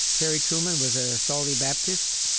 harry truman was a salty baptist.